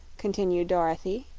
continued dorothy,